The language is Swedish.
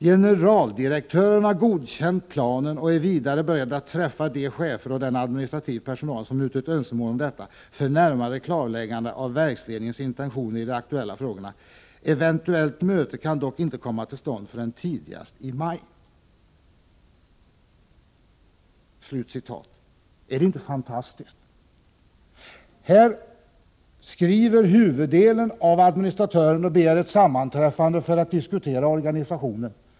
”Gd har godkänt planen och är vidare beredd att träffa de chefer och den administrativa personal som uttryckt önskemål om detta för närmare klarläggande av verksledningens intentioner i de aktuella frågorna. Ev. möte kan dock inte komma till stånd förrän tidigast i maj.” Är det inte fantastiskt! Här skriver huvuddelen av administratörerna och begär ett sammanträffande för att diskutera organisationen.